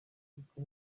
kuko